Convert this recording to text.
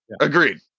agreed